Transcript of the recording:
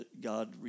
God